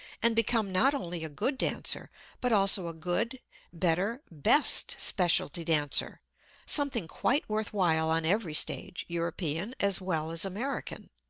and become not only a good dancer but also a good better, best specialty dancer something quite worth while on every stage, european as well as american.